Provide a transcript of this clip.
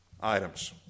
items